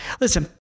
Listen